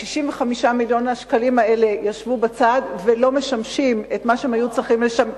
65 מיליון השקלים האלה ישבו בצד ולא משמשים את מה שהם היו צריכים לשמש.